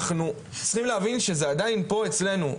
אנחנו צריכים להבין שזה עדיין פה אצלנו,